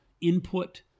input